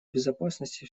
безопасности